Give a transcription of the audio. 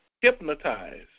hypnotized